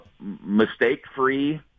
mistake-free